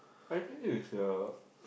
I think is a